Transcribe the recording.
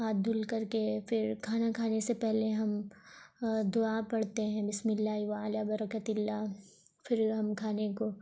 ہاتھ دھل کر کے پھر کھانا کھانے سے پہلے ہم دعا پڑھتے ہیں بسم اللہ وعلیٰ برکت اللہ پھر ہم کھانے کو